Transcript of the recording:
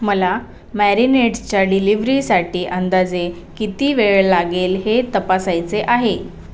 मला मॅरिनेड्सच्या डिलिव्हरीसाठी अंदाजे किती वेळ लागेल हे तपासायचे आहे